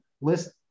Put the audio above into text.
list